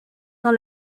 dans